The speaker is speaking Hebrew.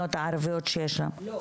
הערביות שיש בהן מרכזים --- לא,